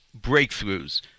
breakthroughs